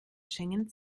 schengen